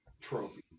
trophy